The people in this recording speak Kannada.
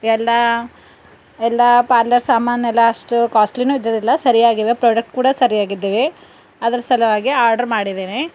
ಎಲ್ಲ ಎಲ್ಲ ಪಾರ್ಲರ್ ಸಾಮಾನೆಲ್ಲ ಅಷ್ಟು ಕಾಸ್ಟ್ಲಿನು ಇದ್ದಿದ್ದಿಲ್ಲ ಸರಿಯಾಗಿವೆ ಪ್ರಾಡಕ್ಟ್ ಕೂಡ ಸರಿಯಾಗಿದ್ದವೆ ಅದ್ರ ಸಲುವಾಗಿ ಆರ್ಡ್ರು ಮಾಡಿದ್ದೇನೆ